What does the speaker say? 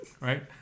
right